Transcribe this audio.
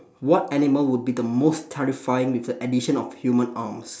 what animal would be the most terrifying with the addition of human arms